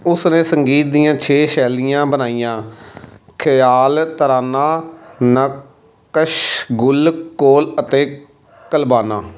ਉਸ ਨੇ ਸੰਗੀਤ ਦੀਆਂ ਛੇ ਸ਼ੈਲੀਆਂ ਬਣਾਈਆਂ ਖ਼ਯਾਲ ਤਰਾਨਾ ਨਕਸ਼ ਗੁਲ ਕੌਲ ਅਤੇ ਕਲਬਾਨਾ